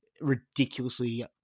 ridiculously